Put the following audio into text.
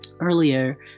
earlier